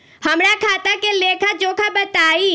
हमरा खाता के लेखा जोखा बताई?